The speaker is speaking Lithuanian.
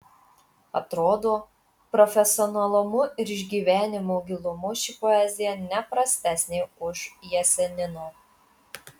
atrodo profesionalumu ir išgyvenimo gilumu ši poezija ne prastesnė už jesenino